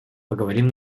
поговорим